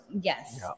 Yes